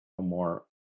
more